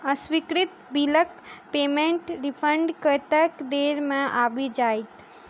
अस्वीकृत बिलक पेमेन्टक रिफन्ड कतेक देर मे आबि जाइत?